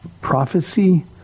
prophecy